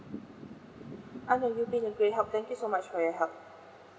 uh no you've been a great help thank you so much for your help